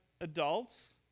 adults